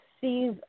sees